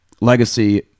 legacy